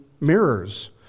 mirrors